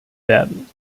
werden